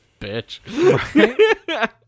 bitch